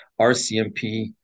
RCMP